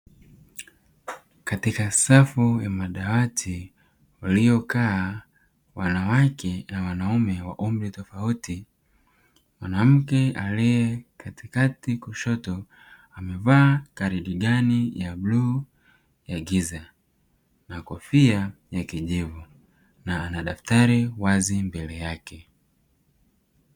Katika safu ya madawati waliyokaa wanawake na wanaume wa umri tofauti, mwanake aliye katikati kushoto, amevaa karedigani ya bluu ya giza na kofia ya kijivu na daftari wazi mbele yake.